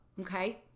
okay